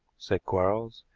said quarles,